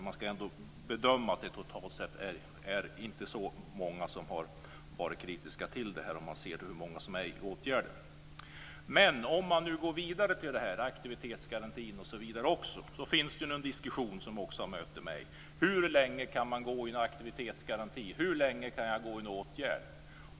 Man ska ändå bedöma att det totalt sett inte är så många som har varit kritiska till detta om man utgår från hur många som är i åtgärder. Men om man går vidare finner man en diskussion om aktivitetsgarantin som också jag har mött: Hur länge kan man delta i aktivitetsgaranti? Hur länge kan man ingå i en åtgärd?